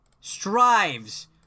strives